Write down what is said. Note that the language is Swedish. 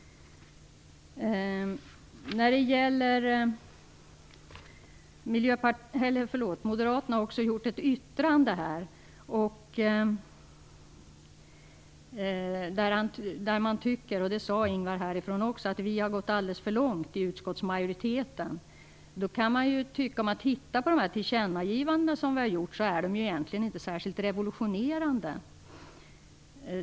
Moderaterna har också formulerat ett yttrande där man tycker, vilket Ingvar också sade, att utskottsmajoriteten har gått alldeles för långt. Om man tittar på de tillkännagivanden som vi har gjort ser man att de egentligen inte är särskilt revolutionerande.